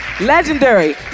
Legendary